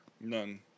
None